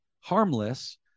harmless